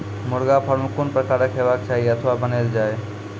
मुर्गा फार्म कून प्रकारक हेवाक चाही अथवा बनेल जाये?